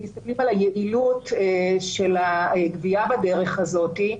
אם מסתכלים על היעילות של הגבייה בדרך הזאתי,